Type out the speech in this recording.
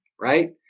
Right